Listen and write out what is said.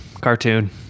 cartoon